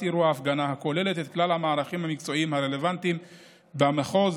אירוע ההפגנה הכוללת את כלל המערכים המקצועיים הרלוונטיים במחוז.